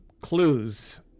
clues